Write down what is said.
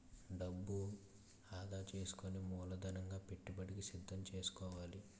డబ్బు ఆదా సేసుకుని మూలధనంగా పెట్టుబడికి సిద్దం సేసుకోవాలి